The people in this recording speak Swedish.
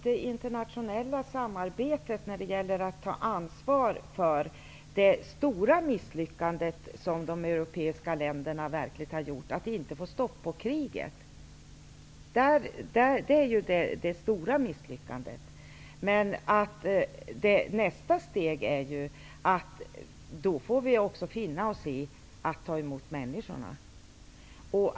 Herr talman! Det stora misslyckandet i det internationella samarbetet när det gäller att ta ansvar är ju att man inte får stopp på kriget. Nästa steg i det här sammanhanget är då att vi får finna oss i att ta emot de drabbade människorna.